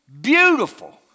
beautiful